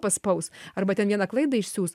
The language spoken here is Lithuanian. paspaus arba ten vieną klaidą išsiųs